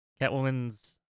Catwoman's